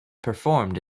performed